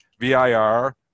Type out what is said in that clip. VIR